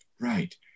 Right